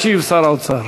ישיב שר האוצר.